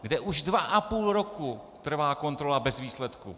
Kde už 2,5 roku trvá kontrola bez výsledku.